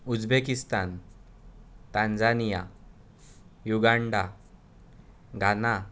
Uzbekistan Tanzania Uganda Ghana